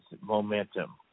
momentum